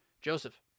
Joseph